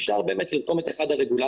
אפשר לרתום את אחד הרגולטורי,